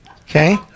okay